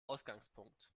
ausgangspunkt